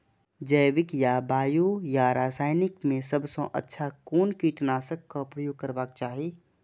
जैविक या बायो या रासायनिक में सबसँ अच्छा कोन कीटनाशक क प्रयोग करबाक चाही?